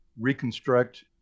reconstruct